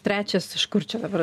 trečias iš kur čia dabar